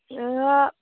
ओहो